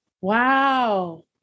Wow